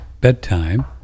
bedtime